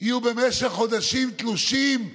יהיו במשך חודשים תלושים מלימוד,